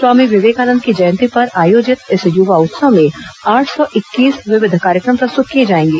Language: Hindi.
स्वामी विवेकानंद की जयंती पर आयोजित इस युवा उत्सव में आठ सौ इक्कीस विविध कार्यक्रम प्रस्तुत किए जाएंगे